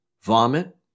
vomit